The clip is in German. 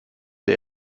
der